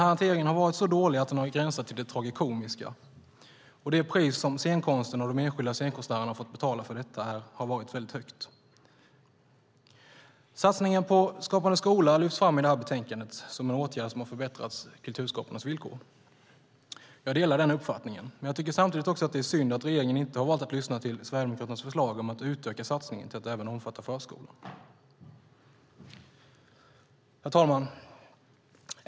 Hanteringen har varit så dålig att den har gränsat till det tragikomiska. Det pris som scenkonsten och de enskilda scenkonstnärerna har fått betala för detta har varit väldigt högt. Satsningen på Skapande skola lyfts fram i betänkandet som en åtgärd som har förbättrat kulturskaparnas villkor. Jag delar denna uppfattning, men jag tycker samtidigt att det är synd att regeringen har valt att inte lyssna till Sverigedemokraternas förslag om att utöka satsningen till att även omfatta förskolan. Herr talman!